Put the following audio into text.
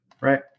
right